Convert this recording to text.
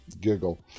giggle